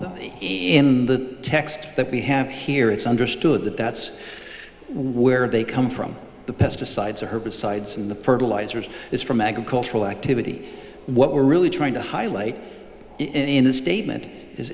just in the text that we have here it's understood that that's where they come from the pesticides herbicides and the fertilizers is from agricultural activity what we're really trying to highlight in this statement is